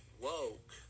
woke